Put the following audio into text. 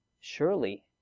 surely